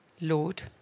Lord